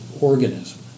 organism